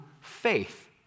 faith